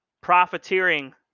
profiteering